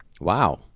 Wow